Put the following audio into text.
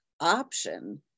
option